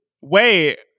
Wait